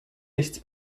nichts